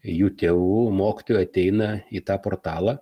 jų tėvų mokytojų ateina į tą portalą